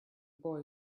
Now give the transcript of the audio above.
boy